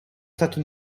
stato